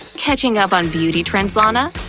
catching up on beauty trends, lana?